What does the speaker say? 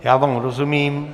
Já vám rozumím.